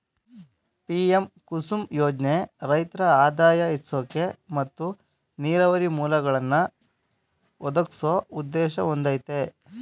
PM Kusum ಯೋಜ್ನೆ ರೈತ್ರ ಆದಾಯ ಹೆಚ್ಸೋಕೆ ಮತ್ತು ನೀರಾವರಿ ಮೂಲ್ಗಳನ್ನಾ ಒದಗ್ಸೋ ಉದ್ದೇಶ ಹೊಂದಯ್ತೆ